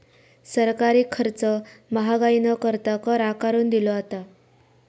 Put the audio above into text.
सरकारी खर्च महागाई न करता, कर आकारून दिलो जाता